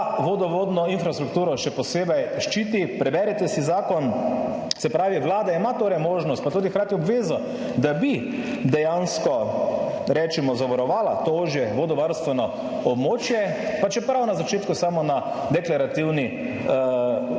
vodovodno infrastrukturo še posebej ščiti, preberite si zakon. Se pravi, Vlada ima torej možnost, pa tudi hkrati obvezo, da bi dejansko, rečemo, zavarovala to ožje vodovarstveno območje, pa čeprav na začetku samo na deklarativni,